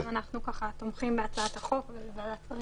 אנחנו גם תומכים בהצעת החוק וביקשנו בוועדת שרים